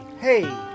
hey